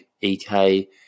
Ek